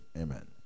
Amen